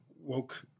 woke